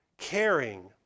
caring